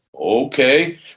Okay